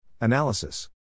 Analysis